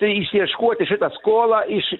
išieškoti šitą skolą iš